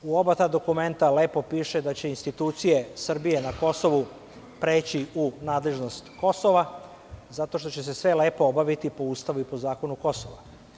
U ta oba dokumenta piše da će institucije Srbije na Kosovu preći u nadležnost Kosova zato što će se sve lepo obaviti po ustavu i po zakonu Kosova.